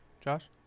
Josh